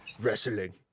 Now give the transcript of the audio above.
wrestling